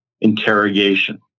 Interrogation